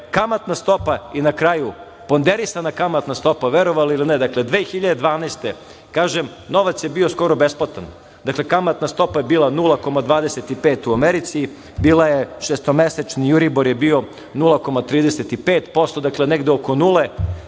kamatna stopa i na kraju ponderisana kamatna stopa, verovali ili ne, dakle, 2012. godine kažem novac je bio skoro besplatan, dakle kamatna stopa je bila 0,25 u Americi, šestomesečni euribor je bio 0,35%, dakle negde oko nule,